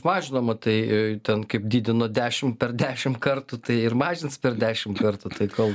mažinama tai ten kaip didino dešim per dešim kartų tai ir mažins per dešim kartų tai kol